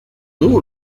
dugu